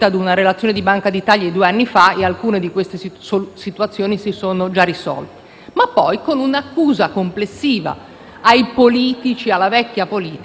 fatto con un'accusa complessiva ai politici e alla vecchia politica, mettendo insieme i nomi "alla qualunque", compresi quello di